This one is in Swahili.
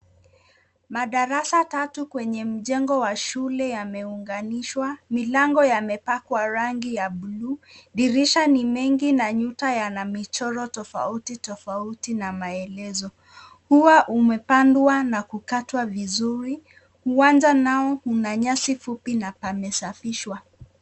Madarasa tatu kwenye mjengo wa shule yameunganishwa. Milango yamepakwa rangi ya buluu. Dirisha ni mengi na nyuta yana michoro tofauti tofauti na maelezo. Ua umepandwa na kukatwa vizuri. Uwanja nao una nyasi fupi na pamesafishwa.